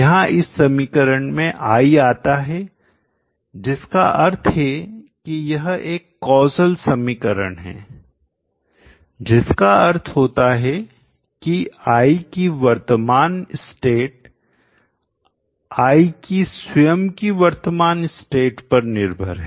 यहां इस समीकरण में i आता है जिसका अर्थ है कि यह एक कौजल समीकरण है जिसका अर्थ होता है की i की वर्तमान स्टेट i की स्वयं की वर्तमान स्टेट पर निर्भर है